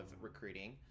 recruiting